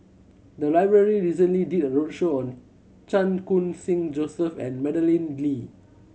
the library recently did a roadshow on Chan Khun Sing Joseph and Madeleine Lee